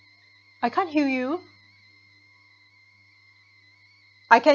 I can't hear you I can